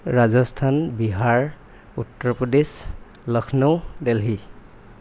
Rajasthan Bihar Uttar Pradesh Lucknow Delhi